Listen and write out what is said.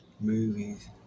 Movies